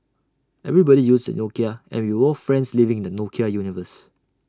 everybody used A Nokia and we were all friends living in the Nokia universe